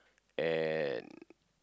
and